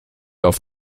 auf